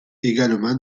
également